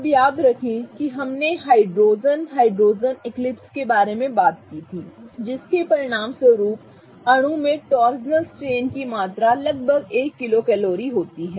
अब याद रखें कि हमने हाइड्रोजन हाइड्रोजन एक्लिप्स के बारे में बात की थी जिसके परिणामस्वरूप अणु में टॉर्सनल स्ट्रेन की मात्रा लगभग 1 किलो कैलोरी होती है